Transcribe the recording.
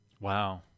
Wow